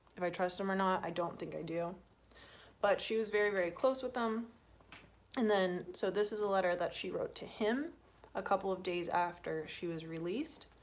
if i trust him or not i don't think i do but she was very very close with them and so this is a letter that she wrote to him a couple of days after she was released.